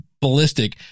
ballistic